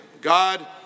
God